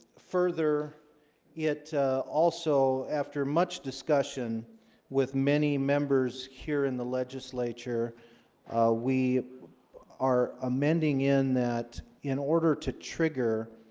further it also after much discussion with many members here in the legislature we are amending in that in order to trigger